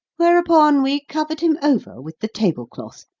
whereupon we covered him over with the tablecloth,